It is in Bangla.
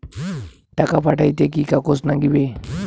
টাকা পাঠাইতে কি কাগজ নাগীবে?